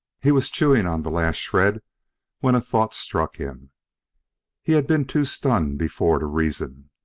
he was chewing on the last shred when a thought struck him he had been too stunned before to reason.